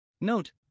Note